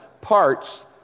parts